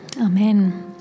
Amen